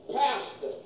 pastor